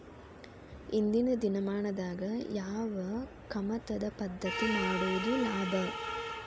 ಇಂದಿನ ದಿನಮಾನದಾಗ ಯಾವ ಕಮತದ ಪದ್ಧತಿ ಮಾಡುದ ಲಾಭ?